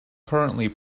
currently